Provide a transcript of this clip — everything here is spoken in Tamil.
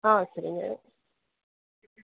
ஆ சரிங்க